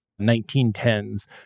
1910s